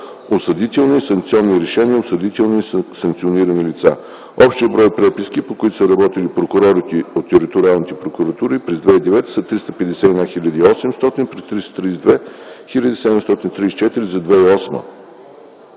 осъдителни и санкционни решения; осъдени и санкционирани лица. Общият брой преписки, по които са работили прокурорите от териториалните прокуратури през 2009 г., е 351 хил. 800 при 332 хил. 734 за 2008